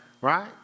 right